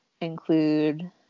include